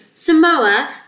Samoa